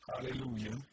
Hallelujah